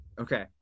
Okay